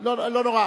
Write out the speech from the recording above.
לא נורא.